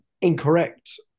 Incorrect